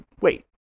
wait